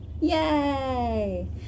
Yay